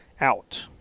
out